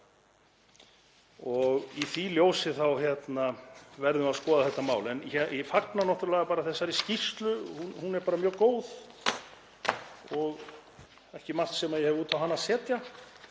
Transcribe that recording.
Í því ljósi verðum við að skoða þetta mál. En ég fagna náttúrlega þessari skýrslu. Hún er mjög góð og ekki margt sem ég hef út á hana að setja,